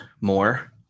more